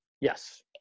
Yes